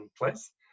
place